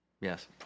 Yes